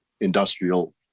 industrial